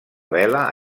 vela